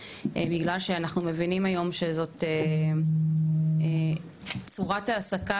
בגלל שאנחנו מבינים היום שזאת צורת העסקה